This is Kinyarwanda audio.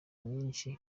myinshi